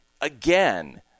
Again